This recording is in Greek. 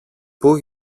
πού